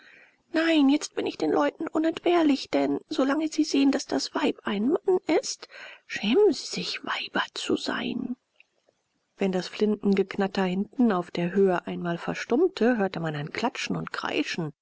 nein jetzt bin ich den leuten unentbehrlich denn solange sie sehen daß das weib ein mann ist schämen sie sich weiber zu sein wenn das flintengeknatter hinten auf der höhe einmal verstummte hörte man ein klatschen und kreischen